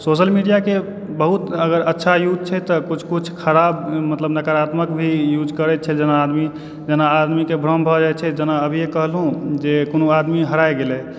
social media के बहुत अगर अच्छा यूज छै तऽ किछु किछु खराब मतलब नकारात्मक भी यूज करैत छै जेना आदमी जेना आदमी के भ्रम भऽ जाइ छै जेना अभीये कहलहुॅं जे कोनो आदमी हराए गेलै